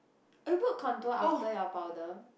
you put contour after your powder